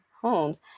homes